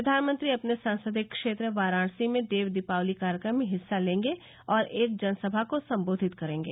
प्रधानमंत्री अपने संसदीय क्षेत्र वाराणसी में देव दीपावली कार्यक्रम में हिस्सा लेंगे और एक जनसभा को संबोधित करेंगे